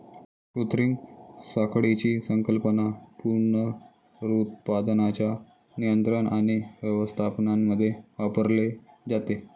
कृत्रिम साखळीची संकल्पना पुनरुत्पादनाच्या नियंत्रण आणि व्यवस्थापनामध्ये वापरली जाते